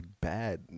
bad